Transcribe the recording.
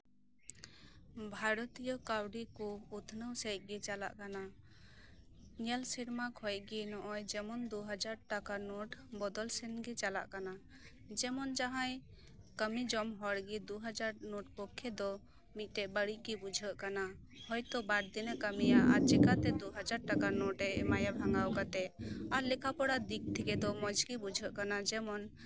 ᱵᱷᱟᱨᱚᱛᱤᱭᱚ ᱠᱟᱹᱣᱰᱤ ᱠᱚ ᱩᱛᱱᱟᱹᱣ ᱥᱮᱫ ᱜᱮ ᱪᱟᱞᱟᱜ ᱠᱟᱱᱟ ᱧᱮᱞ ᱥᱮᱨᱢᱟ ᱠᱷᱚᱱᱜᱮ ᱫᱩ ᱦᱟᱡᱟᱨ ᱴᱟᱠᱟ ᱱᱳᱴ ᱵᱚᱫᱚᱞ ᱥᱮᱱᱜᱮ ᱪᱟᱞᱟᱜ ᱠᱟᱱᱟ ᱡᱮᱢᱚᱱ ᱡᱟᱸᱦᱟᱭ ᱠᱟᱹᱢᱤ ᱡᱚᱝ ᱦᱚᱲᱜᱮ ᱫᱩ ᱦᱟᱡᱟᱨ ᱱᱳᱴ ᱯᱚᱠᱠᱷᱮ ᱫᱚ ᱵᱟᱹᱲᱤᱡ ᱜᱮ ᱵᱩᱡᱷᱟᱹᱜ ᱠᱟᱱᱟ ᱦᱚᱭᱛᱳ ᱵᱟᱨ ᱫᱤᱱ ᱮ ᱠᱟᱹᱢᱤᱭᱟ ᱪᱤᱠᱟᱛᱮ ᱵᱟᱨ ᱦᱟᱡᱟᱨ ᱴᱟᱠᱟ ᱱᱳᱴ ᱵᱷᱟᱝᱜᱟᱣ ᱮ ᱮᱢᱟᱭᱟ ᱟᱨ ᱞᱮᱠᱷᱟ ᱯᱚᱲᱟ ᱫᱤᱠ ᱫᱤᱭᱮ ᱫᱚ ᱢᱚᱸᱡ ᱜᱮ ᱟᱹᱭᱠᱟᱹᱜ ᱠᱟᱱᱟ